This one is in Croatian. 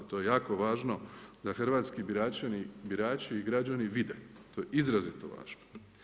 To je jako važno da hrvatski birači i građani vide, to je izrazito važno.